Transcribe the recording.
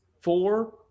four